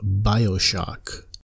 Bioshock